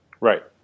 Right